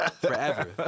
forever